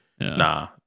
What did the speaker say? nah